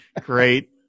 great